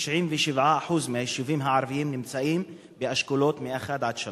97% מהיישובים הערביים נמצאים באשכולות 1 3,